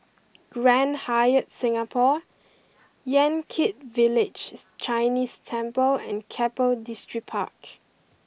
Grand Hyatt Singapore Yan Kit Villages Chinese Temple and Keppel Distripark